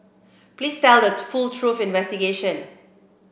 please tell the full truth investigation